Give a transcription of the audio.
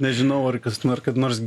nežinau ar kas nor kada nors